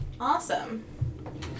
Awesome